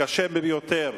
קשה ביותר.